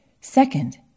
Second